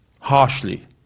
harshly